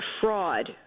fraud